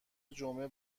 جمعه